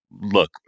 Look